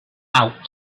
out